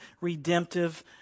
redemptive